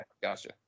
gotcha